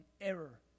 error